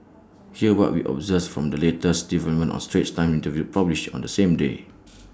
here's what we observed from this latest development A straits times interview published on the same day